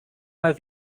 mal